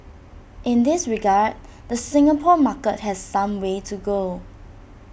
in this regard the Singapore market has some way to go